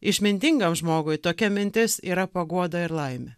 išmintingam žmogui tokia mintis yra paguoda ir laimė